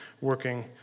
working